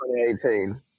2018